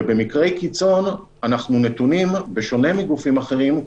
ובמקרי קיצון אנחנו נתונים, בשונה מגופים אחרים,